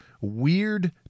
weird